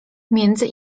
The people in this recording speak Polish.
między